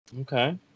Okay